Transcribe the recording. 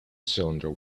cylinder